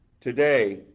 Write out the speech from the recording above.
Today